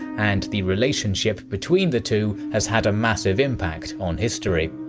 and the relationship between the two has had a massive impact on history.